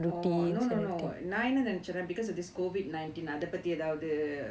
orh no no no நா என்ன நனச்சே னா:naa enna ninaicahen naa because of this COVID nineteen அத பத்தி எதாவது:atha paththi ethaavathu